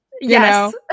Yes